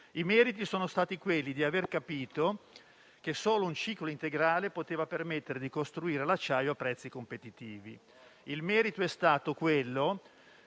I meriti sono stati: aver capito che solo un ciclo integrale poteva permettere di costruire l'acciaio a prezzi competitivi; comprendere che in quegli